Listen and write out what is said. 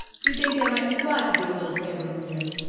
you'd think they might be glad to do a little favor for you.